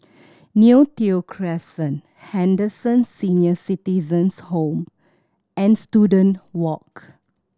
Neo Tiew Crescent Henderson Senior Citizens' Home and Student Walk